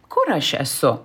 kur aš esu